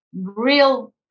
real